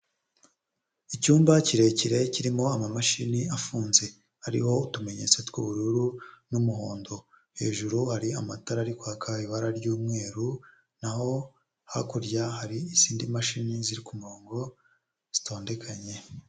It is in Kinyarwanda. Icyumba kirekire kirimo amamashini afunze, hariho utumenyetso tw'ubururu n'umuhondo, hejuru hari amatara ari kwaka ibara ry'umweru, naho hakurya hari izindi mashini ziri ku murongo zitondekanye.